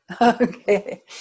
Okay